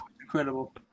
Incredible